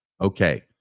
Okay